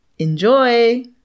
enjoy